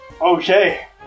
Okay